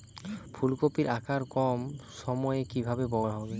ফুলকপির আকার কম সময়ে কিভাবে বড় হবে?